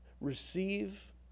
receive